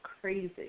crazy